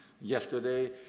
yesterday